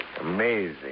Amazing